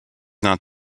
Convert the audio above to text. not